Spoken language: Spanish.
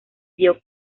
dio